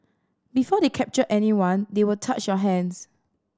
before they captured anyone they would touch your hands